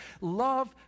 Love